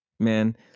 Man